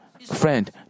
friend